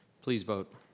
please vote.